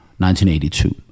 1982